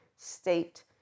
state